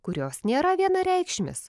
kurios nėra vienareikšmis